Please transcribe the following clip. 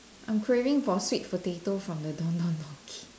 I'm craving for sweet potato from the Don-Don-Donki